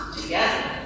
together